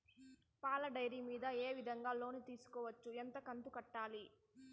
పాల డైరీ మీద ఏ విధంగా లోను తీసుకోవచ్చు? ఎంత కంతు కట్టాలి?